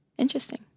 Interesting